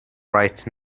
right